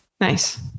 Nice